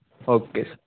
okay sir